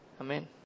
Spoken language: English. Amen